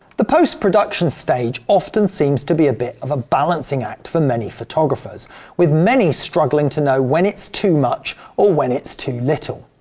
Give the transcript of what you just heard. the post-production stage often seems to be a bit of a balancing act for many photographers with many struggling to know when it's too much or when it's too little.